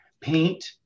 paint